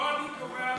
עמיתי